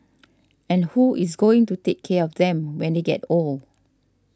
and who is going to take care of them when they get old